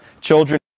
children